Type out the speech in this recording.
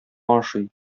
ашый